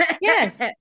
Yes